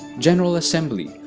general assembly,